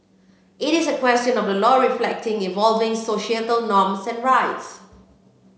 it is a question of the law reflecting evolving societal norms and rights